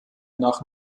nach